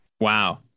Wow